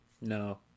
No